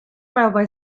railway